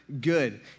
good